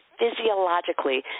physiologically